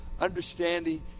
understanding